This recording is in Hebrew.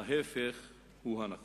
ההיפך הוא הנכון.